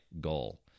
goal